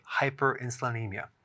hyperinsulinemia